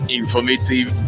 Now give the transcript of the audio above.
informative